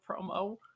promo